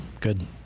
good